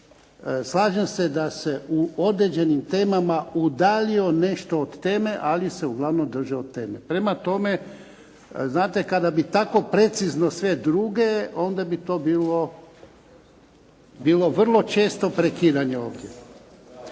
slažem se da se u određenim temama udaljio nešto od teme, ali se uglavnom držao teme. Prema tome, znate kada bi tako precizno sve druge, onda bi to bilo vrlo često prekidanje ovdje.